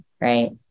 Right